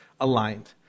aligned